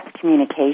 communication